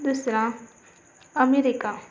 दुसरा अमेरिका